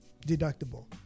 deductible